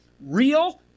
Real